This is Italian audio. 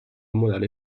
morale